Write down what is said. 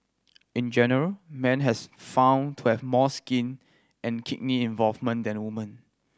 in general men has found to have more skin and kidney involvement than women